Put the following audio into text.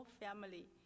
family